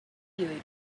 you